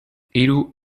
hiru